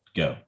go